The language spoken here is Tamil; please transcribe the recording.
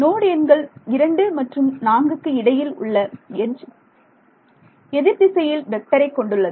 நோடு எண்கள் 2 மற்றும் 4க்கு இடையில் உள்ள எட்ஜ் எதிர்த்திசையில் வெக்டரை கொண்டுள்ளது